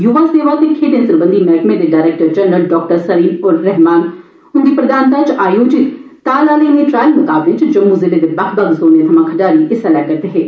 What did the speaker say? युवा सेवाए ते खेड्ढें सरबंधी मैह्कमे दे director general doctor Salim ur Rahman हुंदी प्रधानता च आयोजित ताल आह्ले इने द्रायल मुकाबले च जम्मू जिले दे बक्ख बक्ख जोने थमां खड्ढारी हिस्सा लै करदे हे